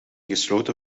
gesloten